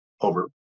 over